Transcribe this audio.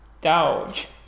Dodge